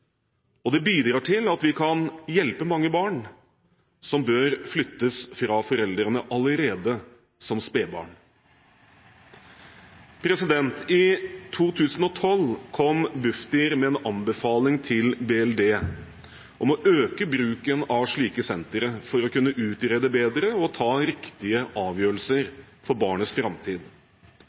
og det bidrar til at vi kan hjelpe mange barn som bør flyttes fra foreldrene allerede som spedbarn. I 2012 kom Bufdir med en anbefaling til Barne- og likestillingsdepartementet om å øke bruken av slike sentre for å kunne utrede bedre og ta riktige avgjørelser for barnets framtid.